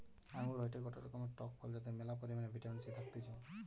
আঙ্গুর হয়টে গটে রকমের টক ফল যাতে ম্যালা পরিমাণে ভিটামিন সি থাকতিছে